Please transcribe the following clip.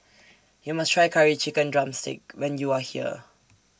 YOU must Try Curry Chicken Drumstick when YOU Are here